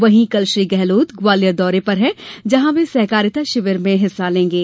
वहीं कल श्री गेहलोत ग्वालियर दौरे पर है यहां वे सहकारिता शिविर में हिस्सा लेंगे